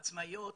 עצמאיות,